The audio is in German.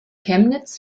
chemnitz